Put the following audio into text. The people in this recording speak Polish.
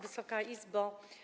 Wysoka Izbo!